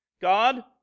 God